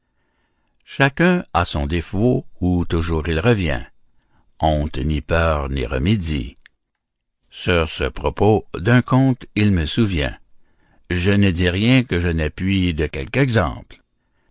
chacun a son défaut où toujours il revient honte ni peur n'y remédie sur ce propos d'un conte il me souvient je ne dis rien que je n'appuie de quelque exemple